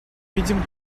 видим